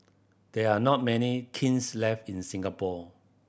there are not many kilns left in Singapore